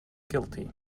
guilty